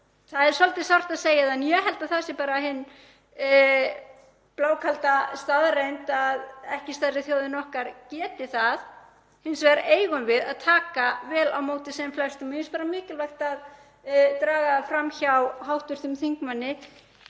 Það er svolítið sárt að segja það en ég held að það sé bara hin blákalda staðreynd að ekki stærri þjóð en okkar geti það ekki. Hins vegar eigum við að taka vel á móti sem flestum og finnst mér mikilvægt að draga fram hjá hv. þingmanni